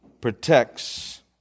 protects